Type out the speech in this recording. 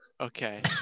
Okay